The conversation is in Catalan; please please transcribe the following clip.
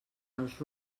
els